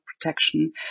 protection